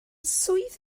swydd